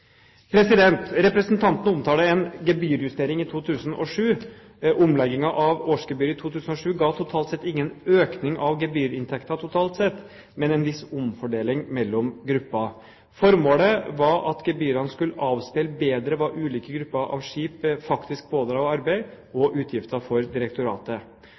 Representanten omtaler en gebyrjustering i 2007. Omleggingen av årsgebyret i 2007 ga totalt sett ingen økning av gebyrinntekten, men en viss omfordeling mellom grupper. Formålet var at gebyrene skulle avspeile bedre hva ulike grupper av skip faktisk pådrar av arbeid og utgifter for direktoratet.